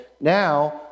now